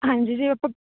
ਹਾਂਜੀ ਜੀ ਆਪਾਂ